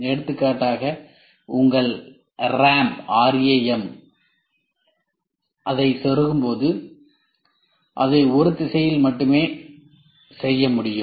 எடுத்துக்காட்டாக உங்கள் RAM ஐ செருகும்போது அதை ஒரு திசையில் மட்டுமே செய்ய முடியும்